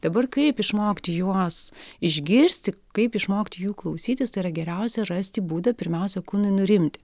dabar kaip išmokti juos išgirsti kaip išmokti jų klausytis tai yra geriausia rasti būdą pirmiausia kūnui nurimti